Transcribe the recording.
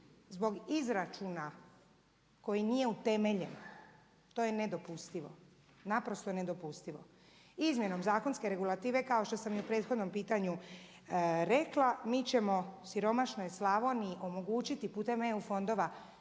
zbog izračuna koji nije utemeljen, to je nedopustivo, naprosto nedopustivo. Izmjenom zakonske regulative kao što sam i u prethodnom pitanju rekla mi ćemo siromašnoj Slavoniji omogućiti putem EU fondova